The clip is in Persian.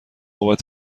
بابت